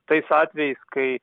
tais atvejais kai